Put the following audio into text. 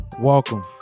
welcome